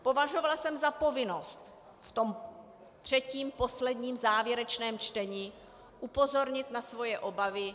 Považovala jsem za povinnost v tom třetím, posledním, závěrečném čtení upozornit na své obavy.